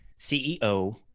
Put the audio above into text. ceo